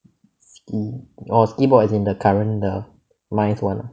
sqkii orh sqkii bot as in the current the mice [one] ah